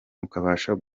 guhaha